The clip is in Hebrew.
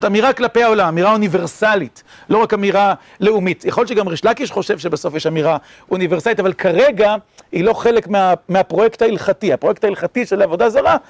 זאת אמירה כלפי העולם, אמירה אוניברסלית, לא רק אמירה לאומית. יכול להיות שגם ריש לקיש חושב שבסוף יש אמירה אוניברסלית, אבל כרגע היא לא חלק מהפרויקט ההלכתי. הפרויקט ההלכתי של העבודה זרה...